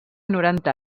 noranta